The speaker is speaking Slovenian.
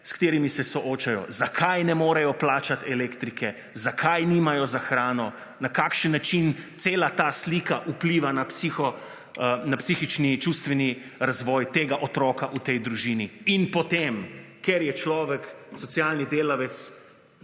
s katerimi se soočajo, zakaj ne morejo plačati elektrike, zakaj nimajo za hrano, na kakšen način cela ta slika vpliva na psihični, čustveni razvoj tega otroka v tej družini in potem, ker je človek, socialni delavec,